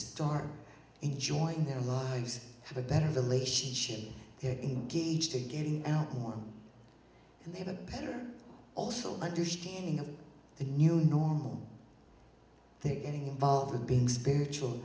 start enjoying their lives have a better relationship in each to getting out more and they have a better also understanding of the new normal they're getting involved with being spiritual